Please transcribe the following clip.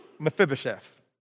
Mephibosheth